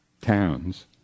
towns